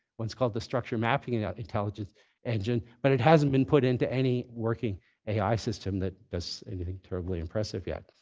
one's called the structure mapping ah intelligence engine, but it hasn't been put into any working ai system that does anything terribly impressive yet.